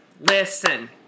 listen